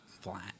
flat